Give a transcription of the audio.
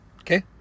Okay